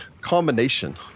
combination